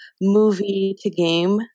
movie-to-game